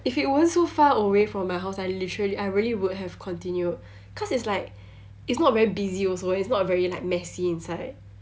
if it weren't so far away from my house I literally I really would have continued cause it's like it's not very busy also and it's not very like messy inside